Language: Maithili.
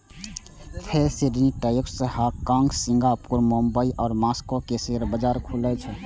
फेर Sydney, Tokyo, Hong Kong, Singapore, Mumbai आ मास्को के शेयर बाजार खुलै छै